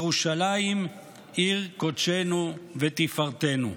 ירושלים עיר קודשנו ותפארתנו.